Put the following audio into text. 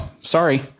sorry